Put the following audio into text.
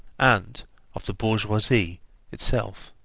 and of the bourgeoisie itself.